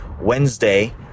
Wednesday